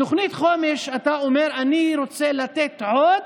בתוכנית חומש אתה אומר: אני רוצה לתת עוד